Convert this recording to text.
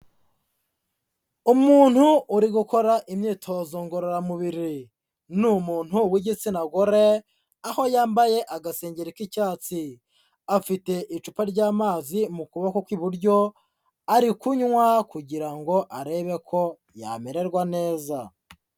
Umuntu uri gukora imyitozo ngororamubiri, ni umuntu w'igitsina gore aho yambaye agasengeri k'icyatsi, afite icupa ry'amazi mu kuboko kw'iburyo ari kunywa kugira ngo arebe ko yamererwa neza.